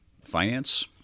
finance